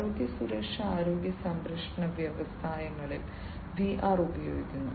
ആരോഗ്യ സുരക്ഷാ ആരോഗ്യ സംരക്ഷണ വ്യവസായങ്ങളിൽ വിആർ ഉപയോഗിക്കുന്നു